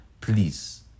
Please